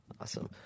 Awesome